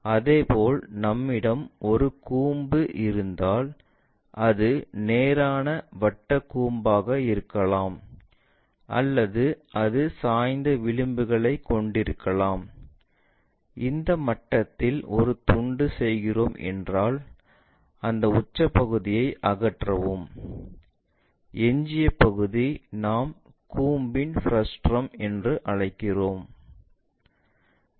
இதேபோல் நம்மிடம் ஒரு கூம்பு இருந்தால் அது நேரான வட்டக் கூம்பாக இருக்கலாம் அல்லது அது சாய்ந்த விளிம்பைக் கொண்டிருக்கலாம் இந்த மட்டத்தில் ஒரு துண்டு செய்கிறோம் என்றால் இந்த உச்ச பகுதியை அகற்றவும் எஞ்சிய பகுதி நாம் ஒரு கூம்பின் பிருஷ்டம் என்று அழைக்கிறோம்